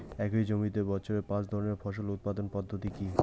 একই জমিতে বছরে পাঁচ ধরনের ফসল উৎপাদন পদ্ধতি কী?